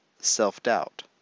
self-doubt